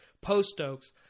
post-oaks